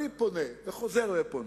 אני פונה, וחוזר ופונה: